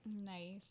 Nice